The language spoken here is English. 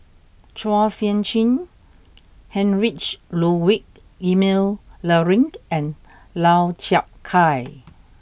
Chua Sian Chin Heinrich Ludwig Emil Luering and Lau Chiap Khai